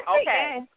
Okay